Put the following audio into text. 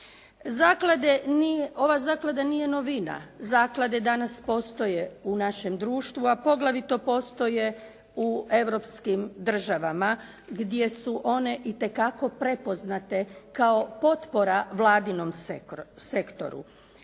zaklada nije novina. Zaklade danas postoje u našem društvu, a poglavito postoje u europskim državama gdje su one itekako prepoznate kao potpora Vladinom sektoru,